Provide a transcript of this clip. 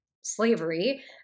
slavery